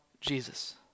Jesus